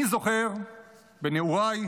אני זוכר בנעוריי,